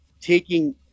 taking